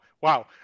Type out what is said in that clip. Wow